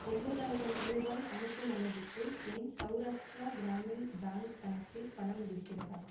ஒம்போதாயிரம் ரூபாய் அனுப்பும் அளவுக்கு என் சௌராஷ்டிரா கிராமின் பேங்க் கணக்கில் பணம் இருக்கிறதா